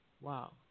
Wow